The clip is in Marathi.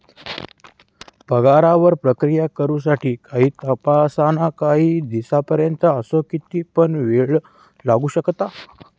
पगारावर प्रक्रिया करु साठी काही तासांपासानकाही दिसांपर्यंत असो किती पण येळ लागू शकता